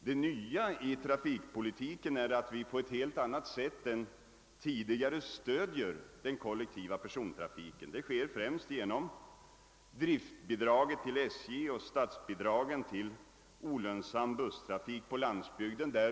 Det nya i trafikpolitiken är att vi på ett helt annat sätt än tidigare stöder den kollektiva persontrafiken. Det sker främst genom driftbidraget till SJ och statsbidragen till olönsam busstrafik på landsbygden.